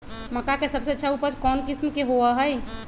मक्का के सबसे अच्छा उपज कौन किस्म के होअ ह?